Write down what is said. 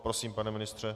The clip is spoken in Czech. Prosím, pane ministře.